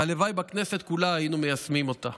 והלוואי שבכנסת כולה היינו מיישמים אותו.